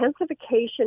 intensification